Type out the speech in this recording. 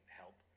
help